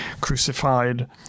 crucified